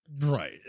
Right